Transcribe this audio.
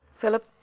Philip